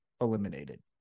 eliminated